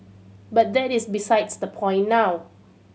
but that is besides the point now